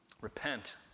Repent